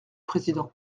président